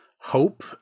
hope